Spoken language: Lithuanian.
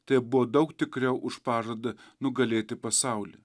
tai buvo daug tikriau už pažadą nugalėti pasaulį